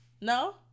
No